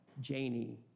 Janie